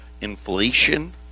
inflation